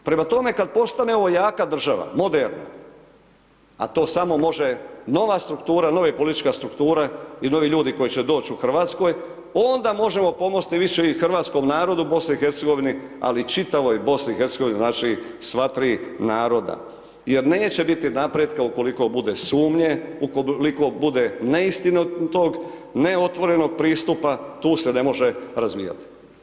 Prema tome, kada postane ovo jaka država, moderna a to samo može nova struktura, nove političke strukture i novi ljudi koji će doći u Hrvatskoj onda možemo pomoći više i hrvatskom narodu u BiH ali i čitavoj BiH, znači sva tri naroda jer neće biti napretka ukoliko bude sumnje, ukoliko bude neistinitog, neotvorenog pristupa tu se ne može razvijati.